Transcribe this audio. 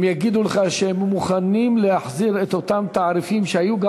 הם יגידו לך שהם מוכנים להחזיר את אותם תעריפים שהיו,